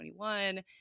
2021